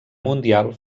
mundial